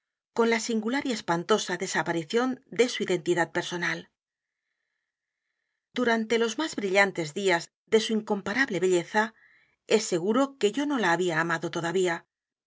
con la singular y espantosa desaparición de su identidad personal durante los más brillantes días de su incomparable belleza es seguro que yo no la había amado todavía